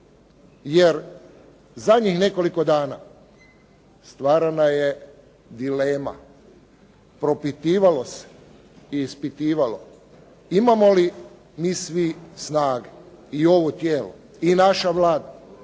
Jer zadnjih nekoliko dana stvarana je dilema. Propitivalo se i ispitivalo imamo li mi svi snage i ovo tijelo i naša Vlada